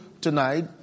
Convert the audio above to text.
tonight